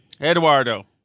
Eduardo